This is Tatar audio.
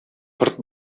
корт